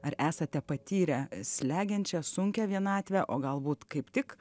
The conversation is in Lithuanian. ar esate patyrę slegiančią sunkią vienatvę o galbūt kaip tik